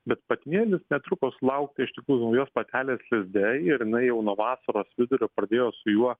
bet patinėlis netrukus laukia iš tikrųjų naujos patelės lizde ir jinai jau nuo vasaros vidurio pradėjo su juo